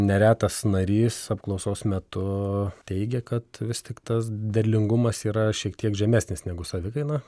neretas narys apklausos metu teigia kad vis tik tas derlingumas yra šiek tiek žemesnis negu savikaina